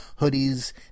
hoodies